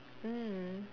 mm